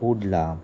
Kurla